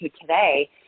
today